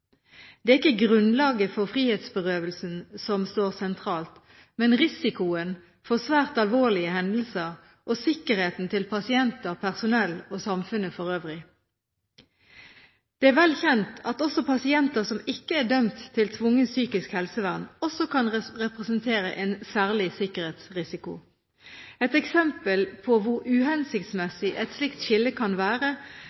Det er ikke grunnlaget for frihetsberøvelsen som står sentralt, men risikoen for svært alvorlige hendelser og sikkerheten til pasienter, personell og samfunnet for øvrig. Det er vel kjent at også pasienter som ikke er dømt til tvungent psykisk helsevern, kan representere en særlig sikkerhetsrisiko. Et eksempel på hvor